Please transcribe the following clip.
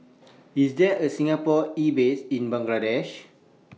IS There A Singapore Embassy in Bangladesh